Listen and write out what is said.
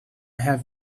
have